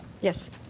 Yes